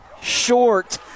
short